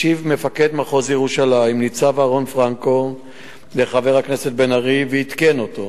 השיב מפקד מחוז ירושלים ניצב אהרן פרנקו לחבר הכנסת בן-ארי ועדכן אותו